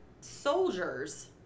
soldiers